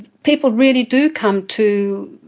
people really do come to